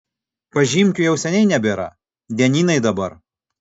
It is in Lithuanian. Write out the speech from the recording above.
pažymkių jau seniai nebėra dienynai dabar